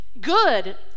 good